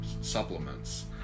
Supplements